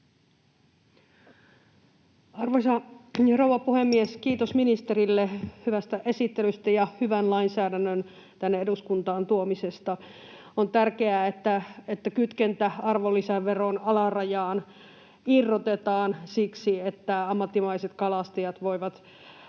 Arvoisa rouva puhemies! Kiitos ministerille hyvästä esittelystä ja hyvän lainsäädännön tänne eduskuntaan tuomisesta. On tärkeää, että kytkentä arvonlisäveron alarajaan irrotetaan siksi, että ammattimaiset kalastajat voivat